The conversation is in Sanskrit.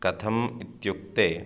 कथम् इत्युक्ते